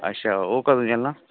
अच्छा ओह् कदूं चलना